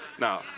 No